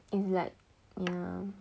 is like yeah